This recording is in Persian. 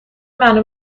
منو